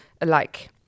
alike